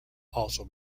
also